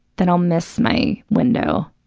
that i'll miss my window.